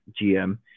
GM